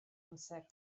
amser